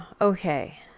okay